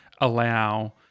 allow